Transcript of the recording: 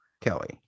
Kelly